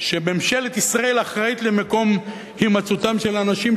שממשלת ישראל אחראית למקום הימצאותם של אנשים,